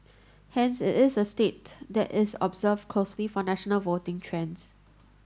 hence it is a state that is observed closely for national voting trends